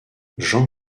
jean